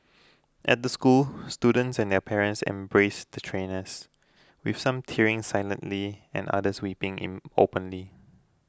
at the school students and their parents embraced the trainers with some tearing silently and others weeping in openly